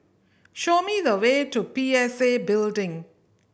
show me the way to P S A Building